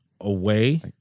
away